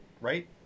Right